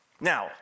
Now